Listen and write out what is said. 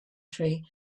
tree